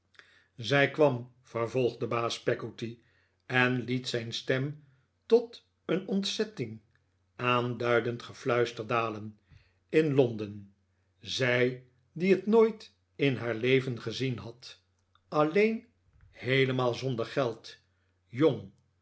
zij kwam vervolgde baas peggotty en liet zijn stem tot een ontzetting aanduidend gefluister dalen in londen zij die het nooit in haar leven gezien had alleen heelemaal zonder geld jong